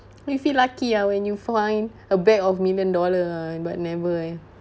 you feel lucky ah when you find a bag of million dollar ah but never eh